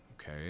okay